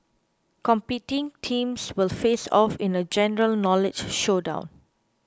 competing teams will face off in a general knowledge showdown